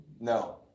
No